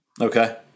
Okay